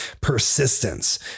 Persistence